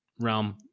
realm